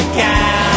cow